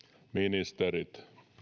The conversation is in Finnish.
ministerit täällä on